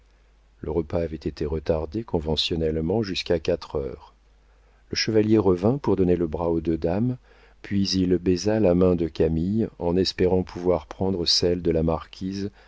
le repas avait été retardé conventionnellement jusqu'à quatre heures le chevalier revint pour donner le bras aux deux dames puis il baisa la main de camille en espérant pouvoir prendre celle de la marquise